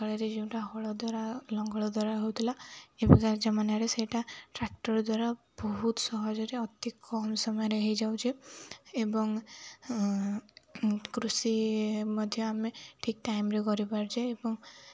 ଆଗକାଳରେ ଯୋଉଟା ହଳ ଦ୍ୱାରା ଲଙ୍ଗଳ ଦ୍ୱାରା ହେଉଥିଲା ଏବେ ଏଇ ଜମାନାରେ ସେଇଟା ଟ୍ରାକ୍ଟର୍ ଦ୍ୱାରା ବହୁତ ସହଜରେ ଅତି କମ୍ ସମୟରେ ହେଇଯାଉଛି ଏବଂ କୃଷି ମଧ୍ୟ ଆମେ ଠିକ୍ ଟାଇମ୍ରେ କରିପାରୁଛେ ଏବଂ